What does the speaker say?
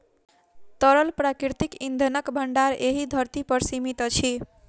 तरल प्राकृतिक इंधनक भंडार एहि धरती पर सीमित अछि